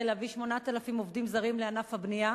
להביא 8,000 עובדים זרים לענף הבנייה,